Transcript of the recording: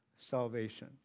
salvation